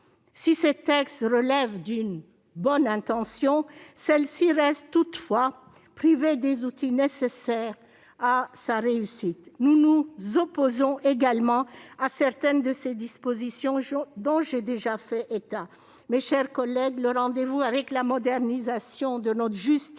Si ce texte relève d'une bonne intention, celle-ci reste toutefois privée des outils nécessaires à sa réussite. Nous nous opposons également aux dispositions dont j'ai déjà fait état. Mes chers collègues, le rendez-vous avec la modernisation de notre justice